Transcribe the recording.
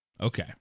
Okay